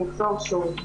אני אחזור שוב.